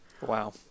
Wow